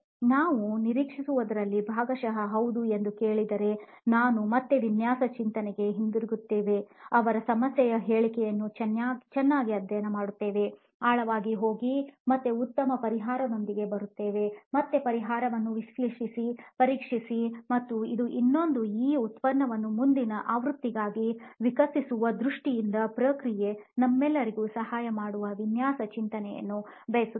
ನಾವು ನಿರೀಕ್ಷಿಸುತ್ತಿರುವುದರಲ್ಲಿ ಭಾಗಶಃ ಹೌದು ಎಂದು ಹೇಳಿದರೆನಾವು ಮತ್ತೆ ವಿನ್ಯಾಸ ಚಿಂತನೆಗೆ ಹಿಂತಿರುಗುತ್ತೇವೆ ಅವರ ಸಮಸ್ಯೆಯ ಹೇಳಿಕೆಯನ್ನು ಚೆನ್ನಾಗಿ ಅಧ್ಯಯನ ಮಾಡುತ್ತೇವೆ ಆಳವಾಗಿ ಹೋಗಿ ಮತ್ತೆ ಉತ್ತಮ ಪರಿಹಾರದೊಂದಿಗೆ ಬರುತ್ತೇವೆ ಮತ್ತೆ ಪರಿಹಾರವನ್ನು ವಿಶ್ಲೇಷಿಸಿ ಪರೀಕ್ಷಿಸಿ ಮತ್ತು ಇದು ಇನ್ನೊಂದು ಈ ಉತ್ಪನ್ನವನ್ನು ಮುಂದಿನ ಆವೃತ್ತಿಯಾಗಿ ವಿಕಸಿಸುವ ದೃಷ್ಟಿಯಿಂದ ಪ್ರಕ್ರಿಯೆ ನಮ್ಮೆಲ್ಲರಿಗೂ ಸಹಾಯ ಮಾಡುವ ವಿನ್ಯಾಸ ಚಿಂತನೆಯನ್ನು ಬಯಸುತ್ತೇವೆ